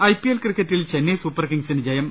I P L ക്രിക്കറ്റിൽ Chennai super കിംഗ്സിന് ജയം